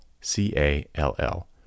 C-A-L-L